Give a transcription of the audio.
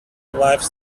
life